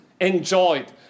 enjoyed